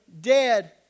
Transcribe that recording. dead